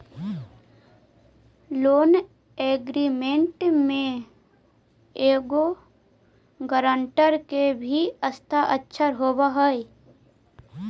loan agreement में एगो guarantor के भी हस्ताक्षर होवऽ हई